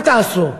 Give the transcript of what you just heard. מה תעשו,